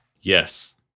Yes